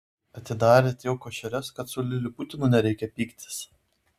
atidarėt jau košeres kad su liliputinu nereikia pyktis